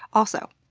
also,